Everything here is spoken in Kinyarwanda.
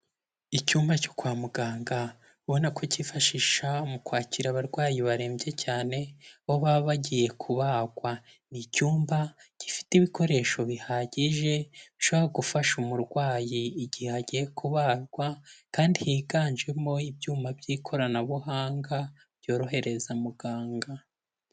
Icyumba cyo kwa muganga ubona ko cyifashishwa mu kwakira abarwayi barembye cyane, baba bagiye kubagwa, ni icyumba gifite ibikoresho bihagije, gishobora gufasha umurwayi, igihe agiye kubagwa kandi higanjemo ibyuma by'ikoranabuhanga, byorohereza muganga.